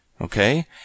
Okay